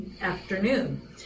afternoon